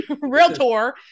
realtor